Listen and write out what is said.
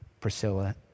Priscilla